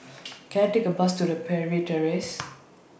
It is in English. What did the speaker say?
Can I Take A Bus to Parry Terrace